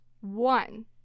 one